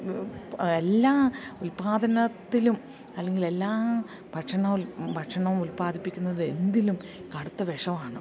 എല്ലാ ഉൽപാദനത്തിലും അല്ലെങ്കിൽ എല്ലാ ഭക്ഷണവും ഭക്ഷണവും ഉൽപാദിപ്പിക്കുന്നത് എന്തിലും കടുത്ത വിഷമാണ്